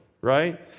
right